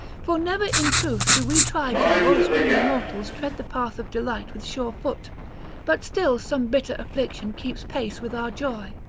for never in truth do we tribes of woe-stricken mortals tread the path of delight with sure foot but still some bitter affliction keeps pace with our joy.